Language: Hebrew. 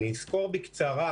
אני אסקור בקצרה